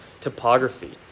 topography